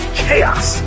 chaos